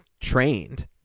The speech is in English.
trained